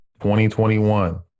2021